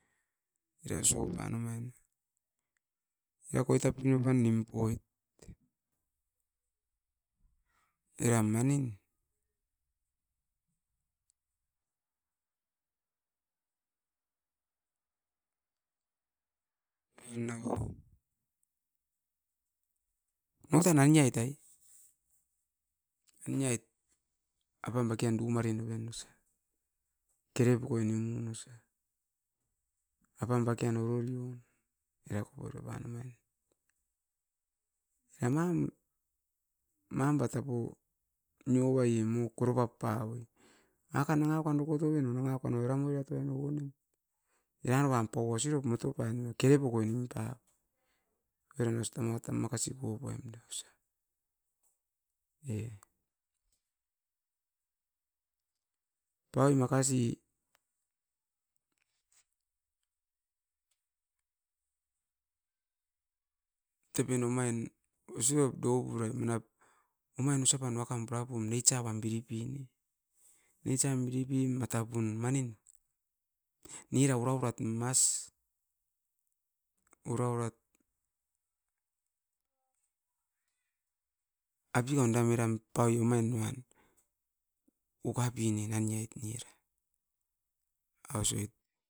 Era sopan amai, era koit tapi noupan nimpoit. Eran manin, evan nau niatan ai ngiat ai, ainiat apam bakian dumare noven osa, kere pukoi nimun osa, apan bakian ororion era koiroban amain. Era nam, nam batep o noa'i mo koropap pau'oi, nangakan-nangakoan dokotobin o nanga pan oiran ,riat oi nogunem. Eran ouban paua sirop matu tan motoi nimparait. Ai nangakoan nano erem oirat akan ouonem no omait motop ainema keri pokoinim. Oiran ostan nanga tan makasi poupuaim da osa, e puraim makasi tepen omain osipap doupurai. Manap, omain osapan wakam purapum neitsa uan biripi ne. Neitsam biripi ma tapun manin, nirau raurat mas oraurat. Apikon dam eram pai'omain uan, okapine nangieit nira. Aus uait.